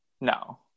No